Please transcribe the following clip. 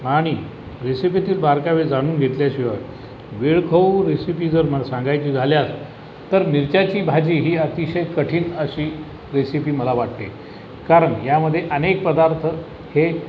आनि रेसिपीतील बारकावे जानून घेतल्याशिवाय वेळखाऊ रेसिपी जर मला सांगायची झाल्यास तर मिरच्याची भाजी ही अतिशय कठीन अशी रेसिपी मला वाटते कारन यामधे अनेक पदार्थ हे